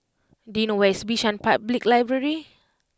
do you know where is Bishan Public Library